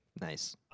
Nice